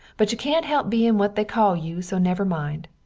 but you cant help being what they call you so never mind.